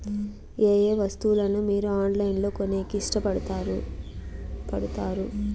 ఏయే వస్తువులను మీరు ఆన్లైన్ లో కొనేకి ఇష్టపడుతారు పడుతారు?